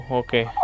okay